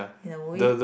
in the movie